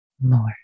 more